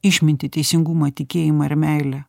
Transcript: išmintį teisingumą tikėjimą ir meilę